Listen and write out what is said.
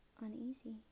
uneasy